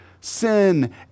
sin